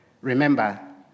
Remember